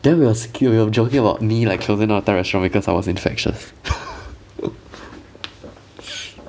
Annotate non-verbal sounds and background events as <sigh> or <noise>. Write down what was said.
that was cute you were joking about me like closing down the restaurant because I was infectious <laughs>